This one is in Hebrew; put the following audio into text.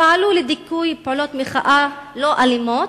פעלו לדיכוי פעולות מחאה לא אלימות,